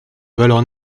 valeurs